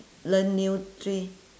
learn new three